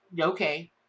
okay